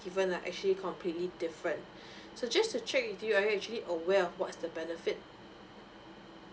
given are actually completely different so just to check with you are you actually aware of what's the benefit